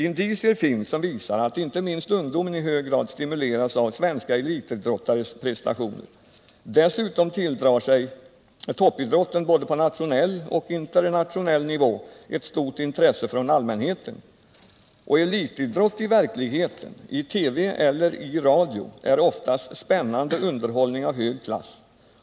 Indicier finns som visar att inte minst ungdomen i hög grad stimuleras av svenska elitidrottares prestationer. Dessutom tilldrar sig toppidrotten på både nationell och internationell nivå ett stort intresse från allmänheten. Och elitidrott i verkligheten, i TV eller i radio är oftast spännande underhållning av hög klass.